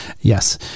Yes